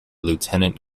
lieutenant